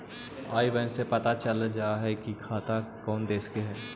आई बैन से पता चल जा हई कि खाता कउन देश के हई